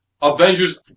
Avengers